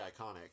iconic